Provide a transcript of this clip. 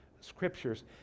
scriptures